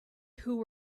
who